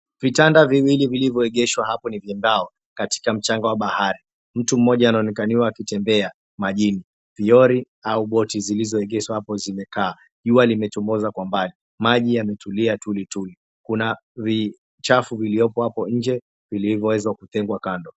Vitanda viwili vilivyoegeshwa hapo ni vya mbao katika mchanga wa bahari. Mtu mmoja anaonekaniwa akitembea majini. Viori au boti zilizoegeshwa hapo zimekaa, jua limechomoza kwa mbali, maji yametulia tulituli. kuna vichafu viliopo hapo nje vilivyoweza kutengwa kando.